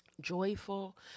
joyful